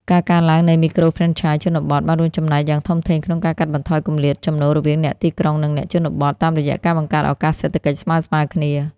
ការកើនឡើងនៃមីក្រូហ្វ្រេនឆាយជនបទ បានរួមចំណែកយ៉ាងធំធេងក្នុងការកាត់បន្ថយគម្លាតចំណូលរវាងអ្នកទីក្រុង និងអ្នកជនបទ តាមរយៈការបង្កើតឱកាសសេដ្ឋកិច្ចស្មើៗគ្នា។